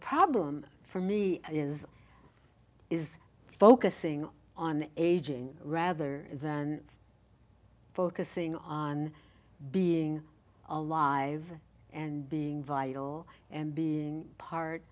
problem for me is is focusing on aging rather than focusing on being alive and being vital and being part